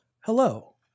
hello